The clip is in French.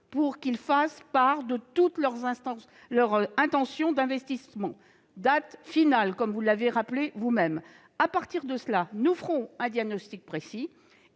nous faire part de toutes leurs intentions d'investissement ; c'est une date finale, comme vous l'avez rappelé vous-même. À partir de là, nous ferons un diagnostic précis,